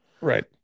Right